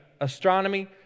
astronomy